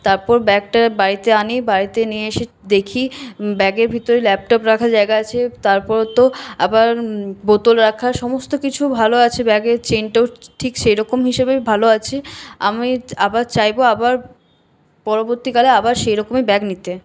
তারপর ব্যাগটা বাড়িতে আনি বাড়িতে নিয়ে এসে দেখি ব্যাগের ভিতরে ল্যাপটপ রাখার জায়গা আছে তারপরে তো আবার বোতল রাখার সমস্ত কিছু ভালো আছে ব্যাগের চেনটাও ঠিক সেই রকম হিসেবেই ভালো আছে আমি আবার চাইবো আবার পরবর্তীকালে আবার সেই রকমই ব্যাগ নিতে